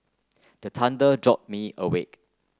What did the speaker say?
the thunder jolt me awake